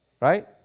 right